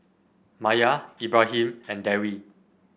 Maya Ibrahim and Dewi